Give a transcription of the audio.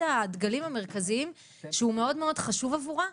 הדגלים המרכזיים שהוא מאוד מאוד חשוב עבורה,